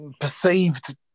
perceived